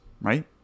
right